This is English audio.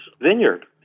vineyard